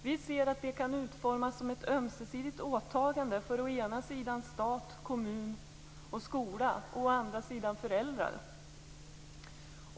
Vi ser att det kan utformas som ett ömsesidigt åtagande för å ena sidan stat, kommun och skola, å andra sidan föräldrar.